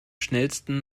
schnellsten